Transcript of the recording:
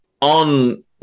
on